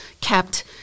kept